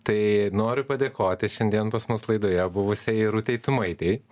taai noriu padėkoti šiandien pas mus laidoje buvusiai irutei tumaitei